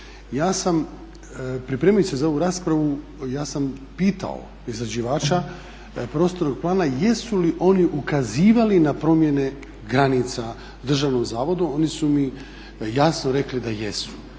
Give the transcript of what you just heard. Ja sam, pripremajući se za ovu raspravu, ja sam pitao izrađivača prostornog plana jesu li oni ukazivali na promjene granica državnom zavodu? Oni su mi jasno rekli da jesu.